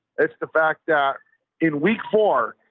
it's the fact that in week four,